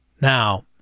Now